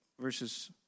verses